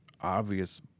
Obvious